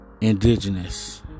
indigenous